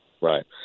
right